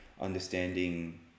understanding